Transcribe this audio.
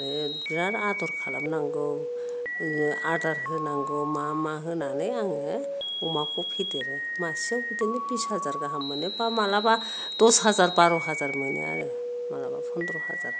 आरो बिराद आदर खालामनांगौ आदार होनांगौ मा मा होनानै आङो अमाखौ फेदेरो मासेआव बिदिनो बिस हाजार गाहाम मोनो बा मालाबा दस हाजार बार' हाजार मोनो आरो मालाबा पन्द्र हाजार